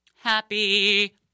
Happy